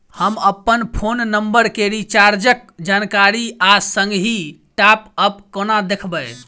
हम अप्पन phone number केँ रिचार्जक जानकारी आ संगहि टॉप अप कोना देखबै?